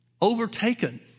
overtaken